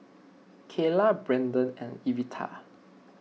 Keila Brenden and Evita